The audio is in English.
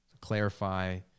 clarify